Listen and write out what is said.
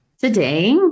today